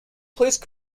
please